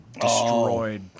destroyed